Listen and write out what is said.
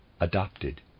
adopted